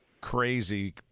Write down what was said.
crazy